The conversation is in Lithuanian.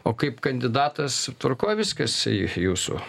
o kaip kandidatas tvarkoj viskas jūsų